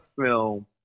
film